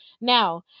Now